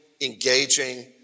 engaging